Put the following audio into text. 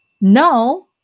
no